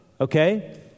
Okay